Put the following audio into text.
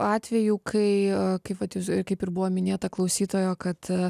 atvejų kai kai vat kaip ir buvo minėta klausytojo kad